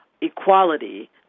equality